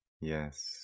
Yes